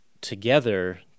together